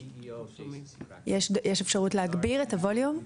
יש אפשרות להגביר את הווליום?